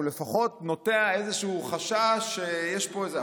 הוא לפחות נוטע איזשהו חשש שיש פה איזה,